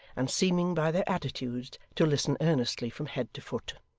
and seeming, by their attitudes, to listen earnestly from head to foot.